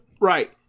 right